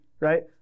right